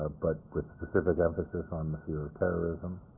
but specific emphasis on the fear of terrorism,